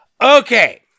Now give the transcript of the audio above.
Okay